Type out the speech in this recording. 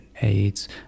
AIDS